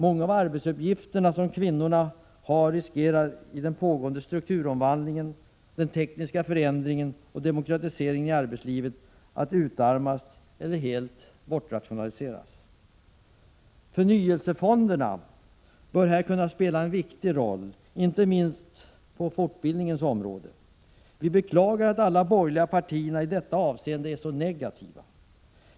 Många av de arbetsuppgifter som kvinnorna har riskerar i den pågående strukturomvandlingen, den tekniska förändringen och demokratiseringen i arbetslivet att utarmas eller helt rationaliseras bort. Förnyelsefonderna bör här kunna spela en viktig roll, inte minst på fortbildningens område. Vi beklagar att alla de borgerliga partierna i detta avseende är så negativa.